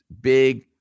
big